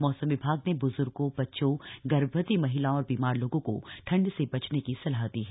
मौसम विभाग ने ब्ज्गों बच्चों गर्भवती महिलाओं और बीमार लोगों को ठंड से बचने की सलाह दी है